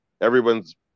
Everyone's